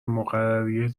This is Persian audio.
مقرری